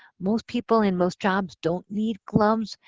most people in most jobs don't need gloves,